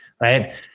right